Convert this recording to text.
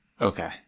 Okay